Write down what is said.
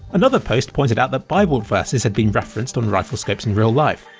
another post pointed out that bible verses had been referenced on rifle scopes in real life.